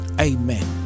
Amen